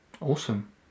awesome